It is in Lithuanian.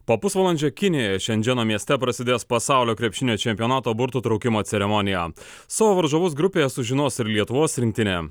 po pusvalandžio kinijoje šendženo mieste prasidės pasaulio krepšinio čempionato burtų traukimo ceremonija savo varžovus grupėje sužinos ir lietuvos rinktinė